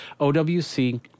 OWC